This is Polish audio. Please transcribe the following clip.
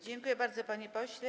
Dziękuję bardzo, panie pośle.